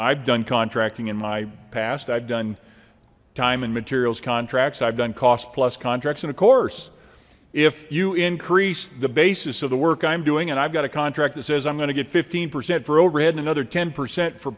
i've done contract in my past i've done time and materials contracts i've done cost plus contracts and of course if you increase the basis of the work i'm doing and i've got a contract that says i'm going to get fifteen percent for overhead and another ten percent for